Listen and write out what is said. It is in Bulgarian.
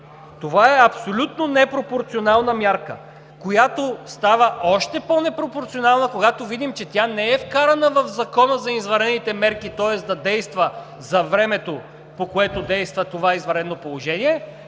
Това е абсолютно непропорционална мярка, която става още по-непропорционална, когато видим, че тя не е вкарана в Закона за извънредните мерки, тоест да действа за времето, по което действа това извънредно положение!